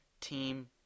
team